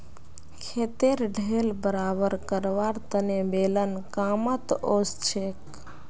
खेतेर ढेल बराबर करवार तने बेलन कामत ओसछेक